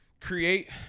create